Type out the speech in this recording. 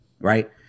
Right